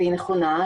והיא נכונה,